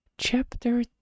Chapter